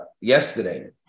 yesterday